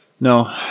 No